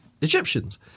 Egyptians